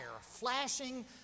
flashing